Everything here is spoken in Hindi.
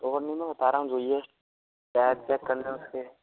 और नहीं मैं बता रहा टायर चेक करने है उसके